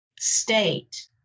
state